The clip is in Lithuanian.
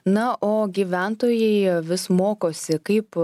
na o gyventojai vis mokosi kaip